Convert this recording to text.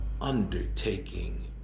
undertaking